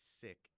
sick